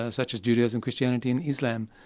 ah such as judaism, christianity and islam.